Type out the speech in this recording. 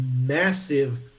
massive